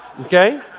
okay